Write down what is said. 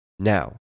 Now